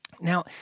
Now